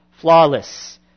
flawless